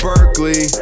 Berkeley